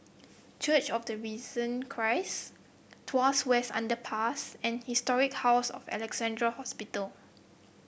Church of the Risen Christ Tuas West Underpass and Historic House of Alexandra Hospital